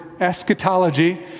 eschatology